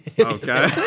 Okay